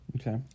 Okay